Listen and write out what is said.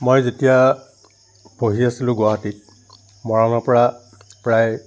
মই যেতিয়া পঢ়ি আছিলোঁ গুৱাহাটীত মৰাণৰ পৰা প্ৰায়